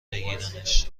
بگیرنش